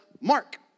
Mark